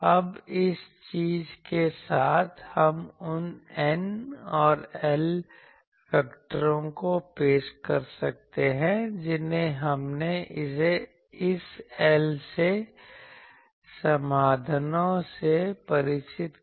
अब इस चीज़ के साथ हम उन N और L वैक्टरों को पेश कर सकते हैं जिन्हें हमने इस L से समाधानों से परिचित कराया है